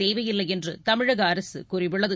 தேவையில்லைஎன்றுதமிழகஅரசுகூறியுள்ளது